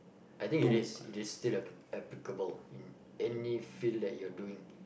I think it is it is still appli~ applicable in any field that you are doing